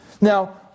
Now